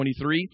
23